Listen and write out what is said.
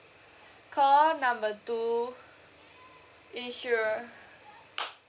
call number two insurance